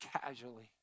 casually